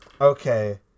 Okay